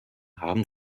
haben